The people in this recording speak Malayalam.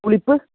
പുളിപ്പ്